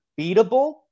beatable